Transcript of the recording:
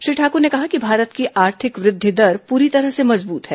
श्री ठाकुर ने कहा कि भारत की आर्थिक वृद्धि दर पूरी तरह से मजबूत है